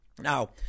Now